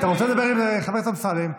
חצוף.